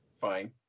fine